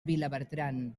vilabertran